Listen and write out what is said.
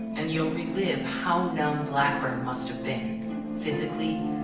and you'll relive how numb blackburn must have been physically